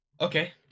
Okay